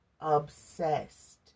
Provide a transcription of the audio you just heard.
obsessed